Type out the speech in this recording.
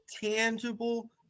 tangible